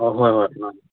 ꯑꯣ ꯍꯣꯏ ꯍꯣꯏ ꯃꯥꯅꯦ